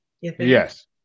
Yes